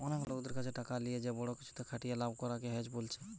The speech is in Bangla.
অনেক লোকদের কাছে টাকা লিয়ে যে বড়ো কিছুতে খাটিয়ে লাভ করা কে হেজ বোলছে